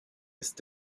ist